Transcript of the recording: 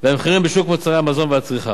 והמחירים בשוק מוצרי המזון והצריכה.